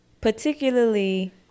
Particularly